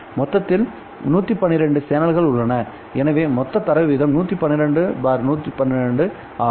மொத்தத்தில் 112 சேனல்கள் உள்ளன எனவே மொத்த தரவு வீதம் 112112 ஆகும்